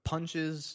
Punches